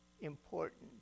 important